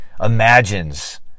imagines